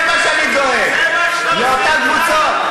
זה מה שאני דואג, לאותן קבוצות.